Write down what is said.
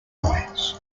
noise